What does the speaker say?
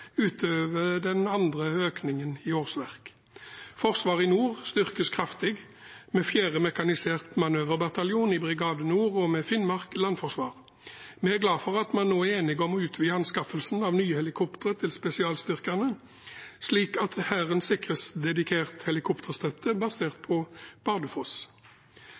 den andre økningen i antall årsverk. Forsvaret i nord styrkes kraftig med en fjerde mekanisert manøverbataljon i Brigade Nord og med Finnmark landforsvar. Vi er glade for at man nå er enige om å utvide anskaffelsen av nye helikoptre til spesialstyrkene, slik at Hæren sikres dedikert helikopterstøtte basert på